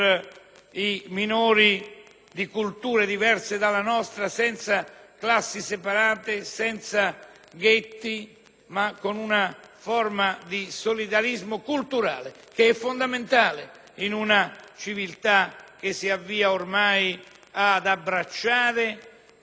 di culture diverse dalla nostra, senza classi separate e senza ghetti, ma con una forma di solidarismo culturale, fondamentale in una civiltà che si avvia ormai ad abbracciare e globalizzare